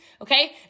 okay